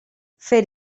fer